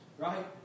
Right